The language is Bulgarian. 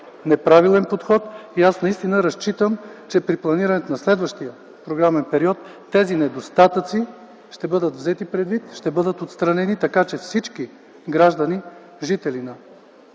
неправилен подход и аз наистина разчитам, че при планирането на следващия програмен период тези недостатъци ще бъдат взети предвид, ще бъдат отстранени, така че всички граждани, жители на